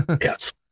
yes